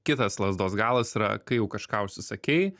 kitas lazdos galas yra kai jau kažką užsisakei